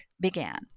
began